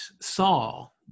Saul